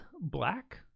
Black